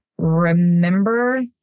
Remember